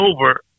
over